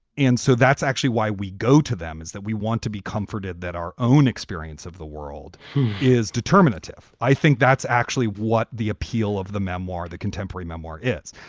and so that's actually why we go to them, is that we want to be comforted that our own experience of the world is determinative. i think that's actually what the appeal of the memoir, the contemporary memoir is.